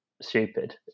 stupid